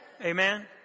Amen